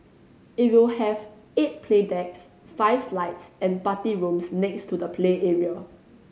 it will have eight play decks five slides and party rooms next to the play area